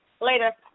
later